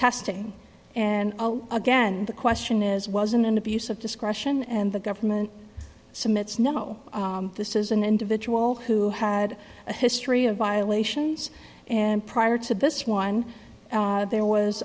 testing and again the question is was an abuse of discretion and the government summits know this is an individual who had a history of violations and prior to this one there was